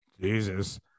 Jesus